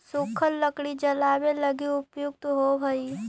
सूखल लकड़ी जलावे लगी उपयुक्त होवऽ हई